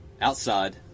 Outside